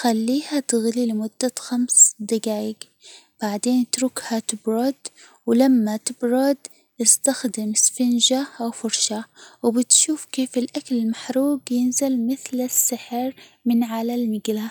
خليها تغلي لمدة خمس دجايج، بعدين إتركها تبرد، و لما تبرد إستخدم إسفنجة، أو فرشاة، و بتشوف كيف الأكل المحروج ينزل مثل السحر من على المجلاة.